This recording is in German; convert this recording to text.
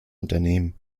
unternehmen